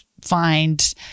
find